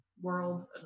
world